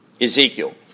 Ezekiel